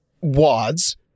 wads